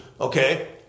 okay